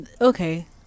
okay